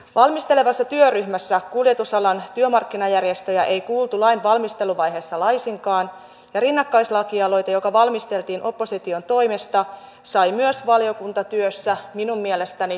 valmistelevassa työryhmässä kuljetusalan työmarkkinajärjestöjä ei kuultu lainvalmisteluvaiheessa laisinkaan ja rinnakkaislakialoite joka valmisteltiin opposition toimesta sai myös valiokuntatyössä minun mielestäni täystyrmäyksen